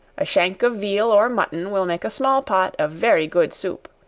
a shank of veal or mutton will make a small pot of very good soup.